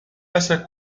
essa